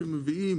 שמביאים